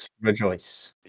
rejoice